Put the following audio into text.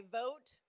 vote